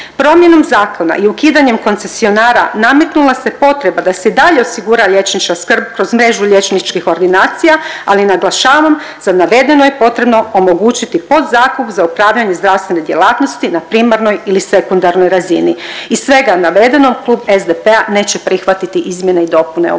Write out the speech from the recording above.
Promjenom zakona i ukidanjem koncesionara nametnula se potreba da se i dalje osigura liječnička skrb kroz mrežu liječničkih ordinacija, ali naglašavam, za navedeno je potrebno omogućiti podzakup za upravljanje zdravstvene djelatnosti na primarnoj ili sekundarnoj razini. Iz svega navedenog Klub SDP-a neće prihvatiti izmjene i dopune ovoga